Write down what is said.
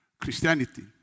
Christianity